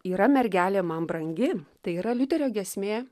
yra mergelė man brangi tai yra liuterio giesmė